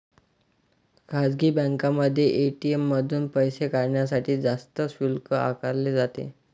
खासगी बँकांमध्ये ए.टी.एम मधून पैसे काढण्यासाठी जास्त शुल्क आकारले जाते